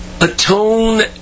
atone